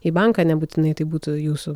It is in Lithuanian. į banką nebūtinai tai būtų jūsų